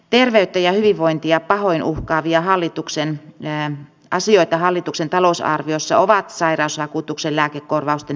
terveyttä ja hyvinvointia pahoin uhkaaviahallitukseen jää asioita hallituksen talousarviossa ovat sairausvakuutuksen lääkekorvausten